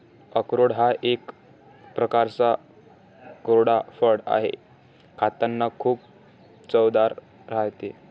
अक्रोड हा एक प्रकारचा कोरडा फळ आहे, खातांना खूप चवदार राहते